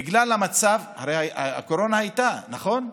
בגלל המצב, הרי הקורונה הייתה, נכון?